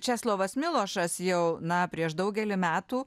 česlovas milošas jau na prieš daugelį metų